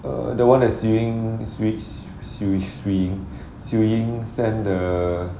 err the one that siew ying siew ying sent the